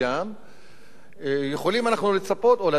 יכולים אנחנו לצפות או לדעת מה העיתוי של ההתחלה